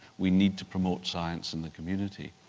we need to promote science in the community.